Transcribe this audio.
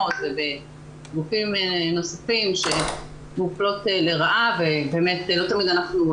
ובגופים נוספים שמופלות לרעה ובאמת לא תמיד אנחנו,